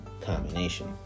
combination